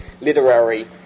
literary